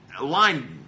line